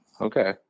okay